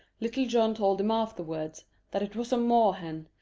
little john told him afterwards that it was a moor-hen,